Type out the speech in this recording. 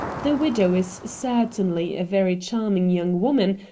the widow is certainly a very charming young woman,